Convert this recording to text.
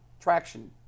traction